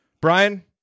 Brian